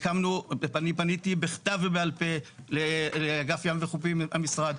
אני פניתי בכתב ובע"פ לאגף ים וחופים למשרד,